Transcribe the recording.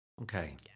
Okay